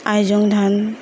আইজং ধান